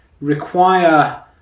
require